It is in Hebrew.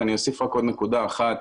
אני אוסיף עוד נקודה אחת.